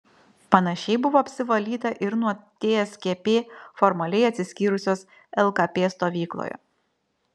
panašiai buvo apsivalyta ir nuo tskp formaliai atsiskyrusios lkp stovykloje